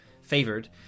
Favored